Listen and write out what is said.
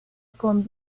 con